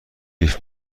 بیف